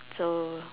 so